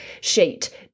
sheet